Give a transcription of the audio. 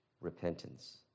repentance